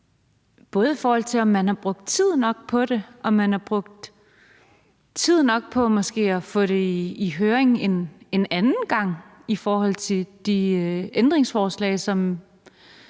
både i forhold til om man har brugt tid nok på det, om man har brugt tid nok på måske at få det i høring en anden gang i forhold til de ændringsforslag, som